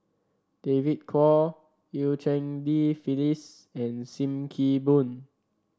David Kwo Eu Cheng Li Phyllis and Sim Kee Boon